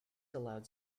allows